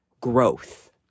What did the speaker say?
growth